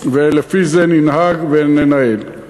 ולפי זה ננהג וננהל.